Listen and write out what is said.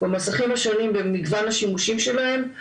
במסכים השונים ובמגוון השימושים שלהם.